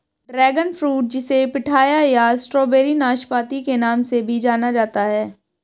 dragon fruit जिसे pitaya या strawberry नाशपाती के नाम से भी जाना जाता है